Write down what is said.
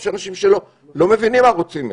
יש אנשים שלא מבינים מה רוצים מהם.